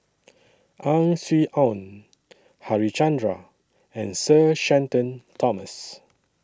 Ang Swee Aun Harichandra and Sir Shenton Thomas